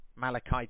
Malachi